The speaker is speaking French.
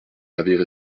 avaient